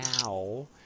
now